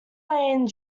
lane